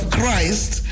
Christ